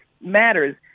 matters